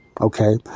Okay